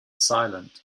silent